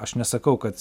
aš nesakau kad